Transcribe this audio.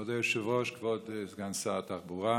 כבוד היושב-ראש, כבוד סגן שר התחבורה,